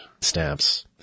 stamps